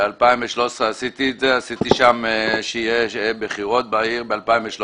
עשיתי שיהיו בחירות בעיר ב-2013.